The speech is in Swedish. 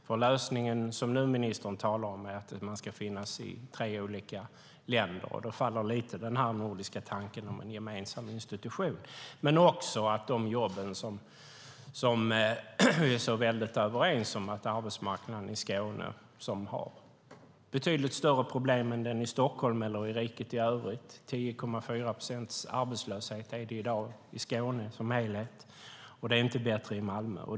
Den lösning ministern nu talar om är att patentdomstolen ska finnas i tre olika länder, och då faller den nordiska tanken om en gemensam institution. Det gör också de jobb som vi är överens om att arbetsmarknaden i Skåne behöver. Den har betydligt större problem än den i Stockholm eller riket i övrigt: Det är 10,4 procents arbetslöshet i dag i Skåne som helhet, och det är inte bättre i Malmö.